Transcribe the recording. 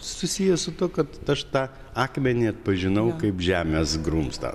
susiję su tuo kad aš tą akmenį atpažinau kaip žemės grumstą